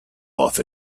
off